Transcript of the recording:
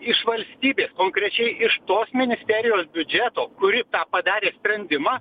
iš valstybės konkrečiai iš tos ministerijos biudžeto kuri tą padarė sprendimą